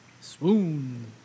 Swoon